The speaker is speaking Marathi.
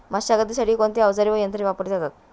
मशागतीसाठी कोणते अवजारे व यंत्र वापरले जातात?